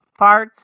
farts